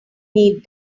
need